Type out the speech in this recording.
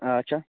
اچھا